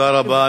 תודה רבה.